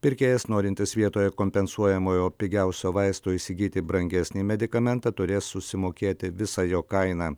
pirkėjas norintis vietoje kompensuojamojo pigiausio vaisto įsigyti brangesnį medikamentą turės susimokėti visą jo kainą